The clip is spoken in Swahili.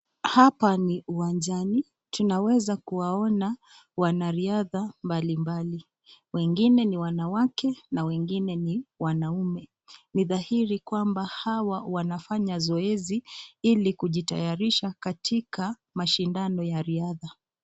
Hapa ni uwanjani ,tunaeza kuwaona wanariadha mbalimbali .wengine ni wanawake na wengine ni wanaume. Ni dhahiri kwamba hawa wanafanya zoezi ili kujitayarisha katika mashindano ya riadha.